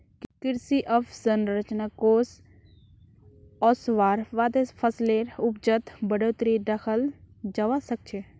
कृषि अवसंरचना कोष ओसवार बादे फसलेर उपजत बढ़ोतरी दखाल जबा सखछे